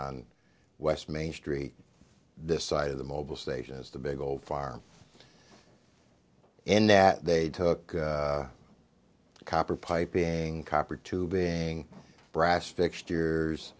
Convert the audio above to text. on west main street this side of the mobil station is the big old farm in that they took copper piping copper tubing brass fix